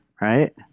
right